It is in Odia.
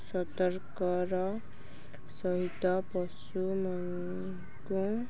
ସତର୍କର ସହିତ ପଶୁମାନଙ୍କୁ